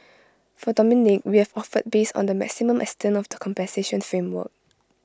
for Dominique we have offered based on the maximum extent of the compensation framework